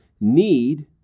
need